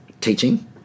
Teaching